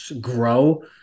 grow